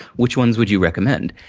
which ones would you recommend?